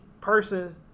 person